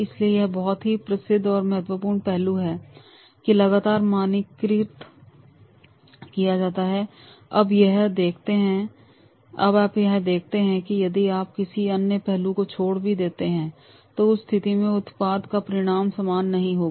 इसलिए यह बहुत ही प्रसिद्ध और महत्वपूर्ण पहलू है जो लगातार मानकीकृत किया जाता है अब आप यह देखते हैं कि यदि आप किसी अन्य पहलू को छोड़ भी देते हैं तो उस स्थिति में उत्पाद का परिणाम समान नहीं होगा